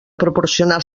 proporcionar